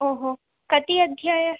ओ हो कति अध्याय